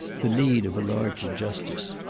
the need of a larger justice,